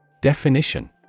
Definition